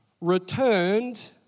returned